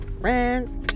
friends